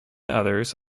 others